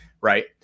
right